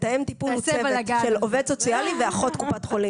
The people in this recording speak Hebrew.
מתאם טיפול הוא צוות של עובד סוציאלי ואחות קופת חולים.